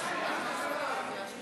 סעיפים 9 14,